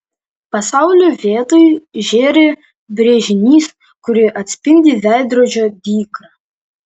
pasaulio vietoj žėri brėžinys kurį atspindi veidrodžio dykra